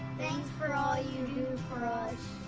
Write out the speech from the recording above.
thanks for all you do for us.